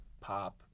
pop